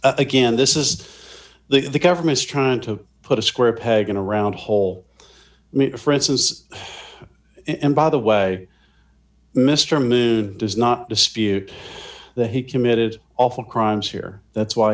again this is the government's trying to put a square peg in a round hole mr francis and by the way mr mood does not dispute that he committed awful crimes here that's why